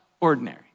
ordinary